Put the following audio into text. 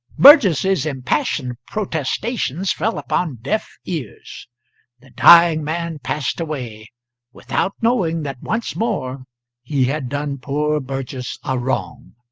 burgess's impassioned protestations fell upon deaf ears the dying man passed away without knowing that once more he had done poor burgess a wrong.